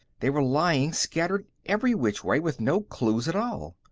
they were lying scattered every which way, with no clues at all.